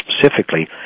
specifically